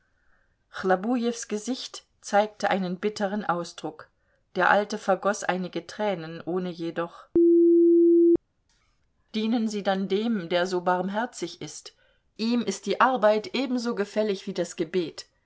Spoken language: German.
chlobujews gesicht zeigte einen bitteren ausdruck der alte vergoß einige tränen ohne jedoch dienen sie dann dem der so barmherzig ist ihm ist die arbeit ebenso gefällig wie das gebet